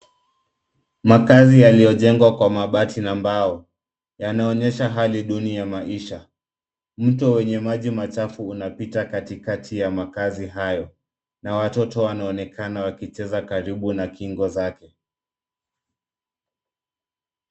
Makazi yaliyojengwa kwa mabati na mbao, yanaonyesha hali duni ya maisha. Mto wenye maji machafu unapita katikati ya makazi hayo, na watoto wanaonekana wakicheza karibu na kingo zake.